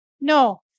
No